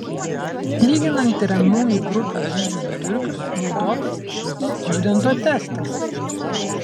lyginant tiriamųjų grupių dydžių vidurkius naudotas stjudento testas